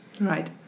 Right